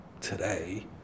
today